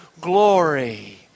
glory